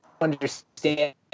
understand